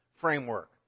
framework